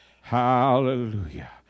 hallelujah